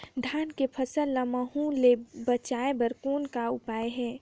धान फसल ल महू ले बचाय बर कौन का उपाय हे?